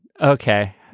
Okay